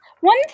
One